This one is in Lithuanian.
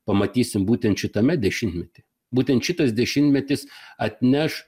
pamatysim būtent šitame dešimtmety būtent šitas dešimtmetis atneš